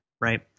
right